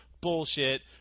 bullshit